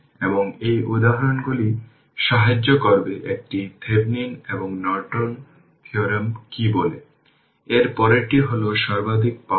অতএব RThevenin হবে VThevenin isc দ্বারা এটি 64 বাই 4 এটি হবে 16 Ω